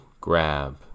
grab